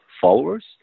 followers